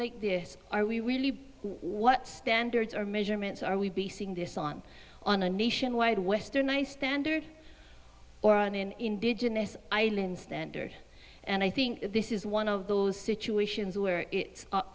like this are we really what standards or measurements are we basing this on on a nationwide westernised standard or on an indigenous island standard and i think this is one of those situations where it's up